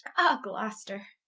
ah gloster,